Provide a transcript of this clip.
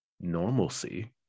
normalcy